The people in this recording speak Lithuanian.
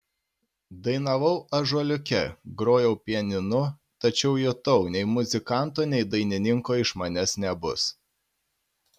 dainavau ąžuoliuke grojau pianinu tačiau jutau nei muzikanto nei dainininko iš manęs nebus